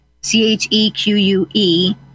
C-H-E-Q-U-E